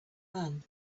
man